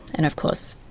and of course,